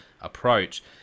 approach